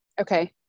Okay